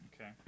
Okay